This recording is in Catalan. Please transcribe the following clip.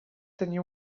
tenia